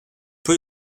peu